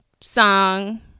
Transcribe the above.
song